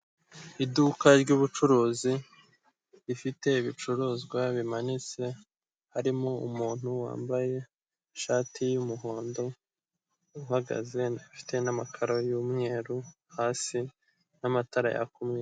Iduka ry'ubucuruzi rifite ibicuruzwa bimanitse, harimo umuntu wambaye ishati y'umuhondo uhagaze afite n'amakara y'umweru hasi n'amatara yaka umweru.